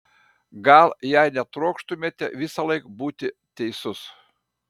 gal jei netrokštumėte visąlaik būti teisus